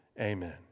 amen